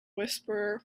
whisperer